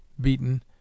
beaten